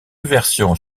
versions